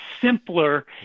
simpler